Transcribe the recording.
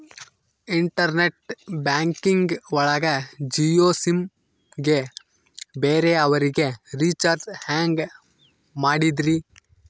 Internet banking ಒಳಗ Jio sim ಗೆ ಬೇರೆ ಅವರಿಗೆ ರೀಚಾರ್ಜ್ ಹೆಂಗ್ ಮಾಡಿದ್ರಿ?